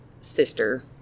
sister